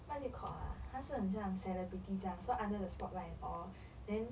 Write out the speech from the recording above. what is it called ah 他是很像 celebrity 这样 so under the spotlight orh then